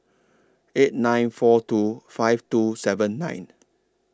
eight nine four two five two seven nine